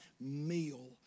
meal